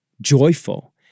joyful